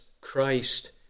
Christ